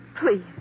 Please